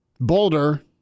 Boulder